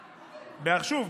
ושוב,